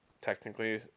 technically